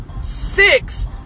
Six